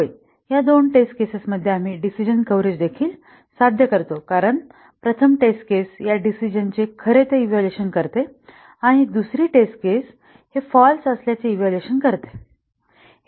होय या दोन टेस्ट केसेस मध्ये आम्ही डिसिजणं कव्हरेज देखील साध्य करतो कारण प्रथम टेस्ट केस या डिसिजनचे खरे ते इव्हॅल्युएशन करेल आणि दुसरी टेस्ट केस हे फाँल्स असल्याचे इव्हॅल्युएशन करेल